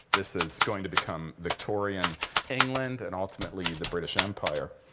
this is going to become victorian england and, ultimately, the british empire.